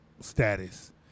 status